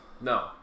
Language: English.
No